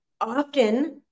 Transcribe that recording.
often